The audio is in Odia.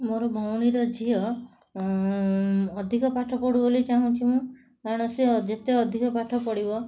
ମୋର ଭଉଣୀର ଝିଅ ଅଧିକ ପାଠପଢ଼ୁ ବୋଲି ଚାଁହୁଛି ମୁଁ କାରଣ ସିଏ ଯେତେ ଅଧିକ ପାଠ ପଢ଼ିବ